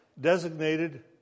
designated